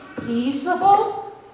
Peaceable